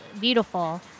beautiful